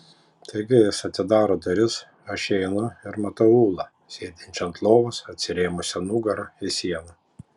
taigi jis atidaro duris aš įeinu ir matau ulą sėdinčią ant lovos atsirėmusią nugara į sieną